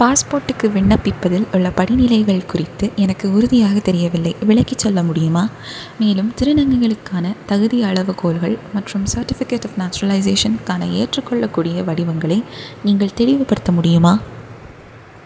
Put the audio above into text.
பாஸ்போர்ட்டுக்கு விண்ணப்பிப்பதில் உள்ள படிநிலைகள் குறித்து எனக்கு உறுதியாக தெரியவில்லை விளக்கிச் சொல்ல முடியுமா மேலும் திருநங்கைகளுக்கான தகுதி அளவுகோல்கள் மற்றும் சர்டிஃபிக்கேட் ஆஃப் நேச்சுரலைசேஷனுக்கான ஏற்றுக்கொள்ளக்கூடிய வடிவங்களை நீங்கள் தெளிவுபடுத்த முடியுமா